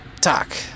talk